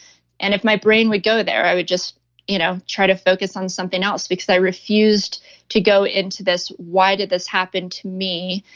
and if my brain would go there, i would just you know try to focus on something else because i refused to go into this. why did this happen to me?